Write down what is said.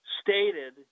stated